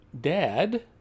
dad